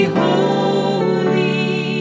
holy